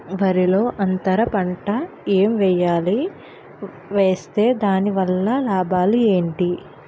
వరిలో అంతర పంట ఎం వేయాలి? వేస్తే దాని వల్ల లాభాలు ఏంటి?